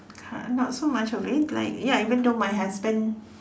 car not so much of it like ya even though my husband